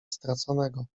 straconego